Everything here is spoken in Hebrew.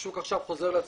והשוק עכשיו חוזר לעצמו.